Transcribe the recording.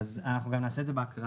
אנחנו נעשה את זה בהקראה,